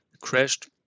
crashed